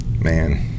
man